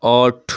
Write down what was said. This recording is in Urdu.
آٹھ